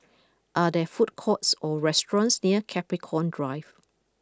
are there food courts or restaurants near Capricorn Drive